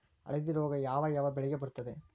ಹಳದಿ ರೋಗ ಯಾವ ಯಾವ ಬೆಳೆಗೆ ಬರುತ್ತದೆ?